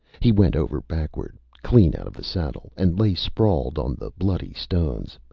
he went over backward, clean out of the saddle, and lay sprawled on the bloody stones,